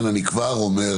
אני כבר אומר,